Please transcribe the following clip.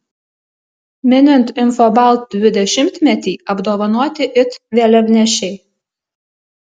minint infobalt dvidešimtmetį apdovanoti it vėliavnešiai